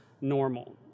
normal